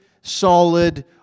solid